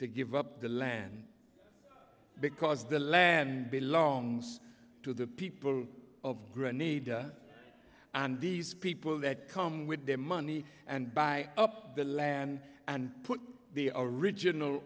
to give up the land because the land belongs to the people of grenada and these people that come with their money and buy up the land and put the original